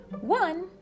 one